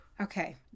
Okay